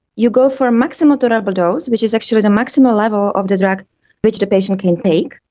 you go for a maximum tolerable dose, which is actually the maximum level of the drug which the patient can take,